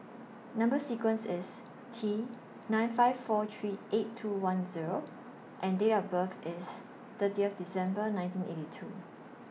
Number sequence IS T nine five four three eight two one Zero and Date of birth IS thirtieth December nineteen eighty two